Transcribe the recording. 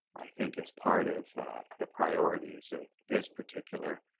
i think it's part of the priorities of this particular